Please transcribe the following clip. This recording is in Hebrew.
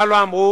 מה לא אמרו?